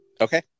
Okay